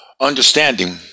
understanding